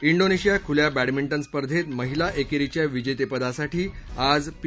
Indonesia खुल्या badminton स्पर्धेत महिला एकेरीच्या विजेतेपदासाठी आज पी